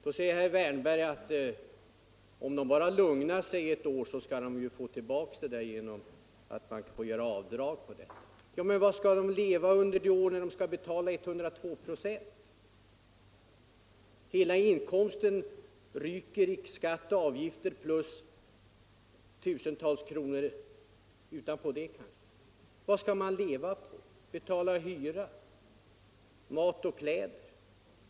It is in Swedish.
Då säger herr Wärnberg: Om de bara lugnar sig ett år, får de tillbaka det där genom att de får göra avdrag på beloppet. Men vad skall de leva av under det år då de måste betala 102 96 i skatt på inkomsten? Hela inkomsten ryker i skatt och avgifter plus tusentals kronor ovanpå det. Vad skall de då leva på och betala hyra för samt mat och kläder?